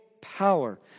power